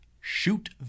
Shoot